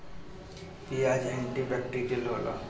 पियाज antibacterial होला